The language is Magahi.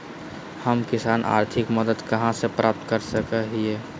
हम किसान आर्थिक मदत कहा से प्राप्त कर सको हियय?